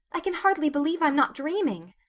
i can hardly believe i'm not dreaming.